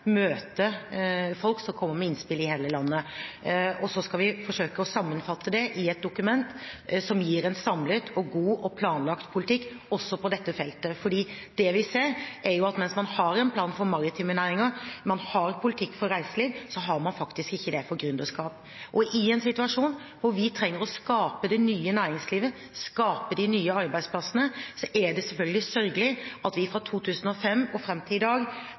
Så skal vi forsøke å sammenfatte det i et dokument som gir en samlet, god og planlagt politikk, også på dette feltet. For det vi ser, er at mens man har en plan for maritime næringer og en politikk for reiseliv, har man ikke det for gründerskap. I en situasjon hvor vi trenger å skape det nye næringslivet og de nye arbeidsplassene, er det selvfølgelig sørgelig at antallet som gründer, antallet vekstkraftige selskaper, fra 2005 og fram til i dag